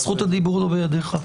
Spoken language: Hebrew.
זכות הדיבור לא בידך.